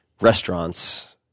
Restaurants